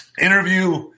interview